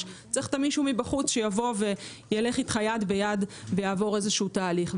צריך את המישהו מבחוץ שילך איתך יד ביד ויעבור איתך תהליך.